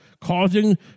causing